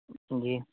جی